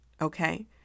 Okay